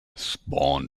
spawn